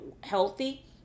healthy